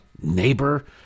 Neighbor